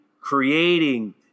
creating